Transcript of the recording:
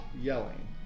yelling. (